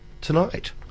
tonight